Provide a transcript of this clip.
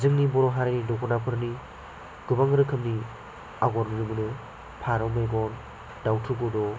जोंनि बर' हारिनि दखनाफोरनि गोबां रोखोमनि आगर नुनो मोनो फारौ मेगन दाउथु गद'